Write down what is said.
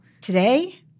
Today